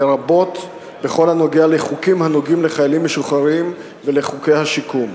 לרבות בכל הנוגע לחוקים הנוגעים לחיילים משוחררים ולחוקי השיקום.